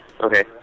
Okay